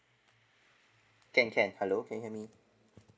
can can hello can you hear me